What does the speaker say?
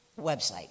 website